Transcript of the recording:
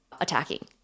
attacking